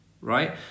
right